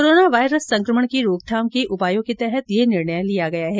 corona virus संक्रमण की रोकथाम के उपायों के तहत यह निर्णय लिया गया है